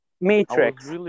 matrix